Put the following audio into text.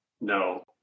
no